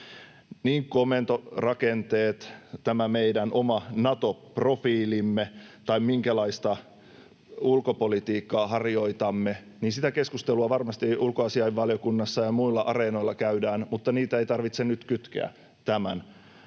Niin komentorakenteet, tämä meidän oma Nato-profiilimme kuin se, minkälaista ulkopolitiikkaa harjoitamme — sitä keskustelua varmasti ulkoasiainvaliokunnassa ja muilla areenoilla käydään, mutta niitä ei tarvitse nyt kytkeä tämän